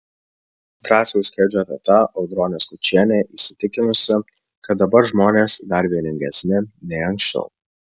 drąsiaus kedžio teta audronė skučienė įsitikinusi kad dabar žmonės dar vieningesni nei anksčiau